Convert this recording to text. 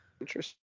interesting